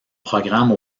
programme